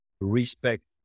respect